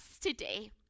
today